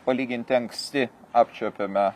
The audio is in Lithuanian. palyginti anksti apčiuopėme